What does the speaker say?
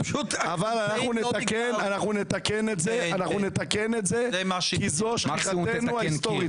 אבל אנחנו נתקן את זה, כי זו שליחותינו ההיסטורית.